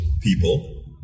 people